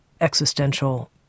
existential